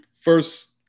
first –